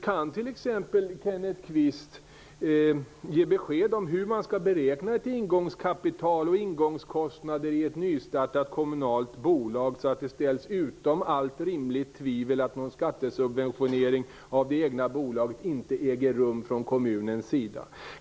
Kan Kenneth Kvist t.ex. ge besked om hur man skall beräkna ett ingångskapital och ingångskostnader i ett nystartat kommunalt bolag, så att det ställs utom allt rimligt tvivel att någon skattesubventionering av det egna bolaget inte äger rum från kommunens sida?